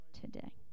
today